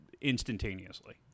instantaneously